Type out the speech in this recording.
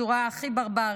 בצורה הכי ברברית,